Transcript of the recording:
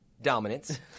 Dominance